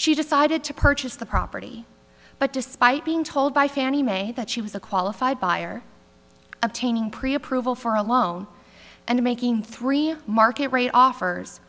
she decided to purchase the property but despite being told by fannie mae that she was a qualified buyer obtaining preapproval for a loan and making three market rate offers